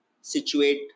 situate